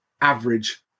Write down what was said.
average